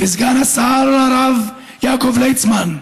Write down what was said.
וסגן השר הרב יעקב ליצמן: